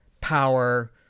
power